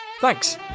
Thanks